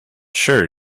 sure